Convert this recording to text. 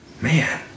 Man